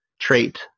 trait